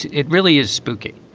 it really is spooky